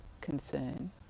concern